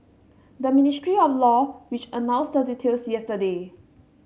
the Ministry of Law which announced the details yesterday